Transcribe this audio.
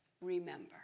remember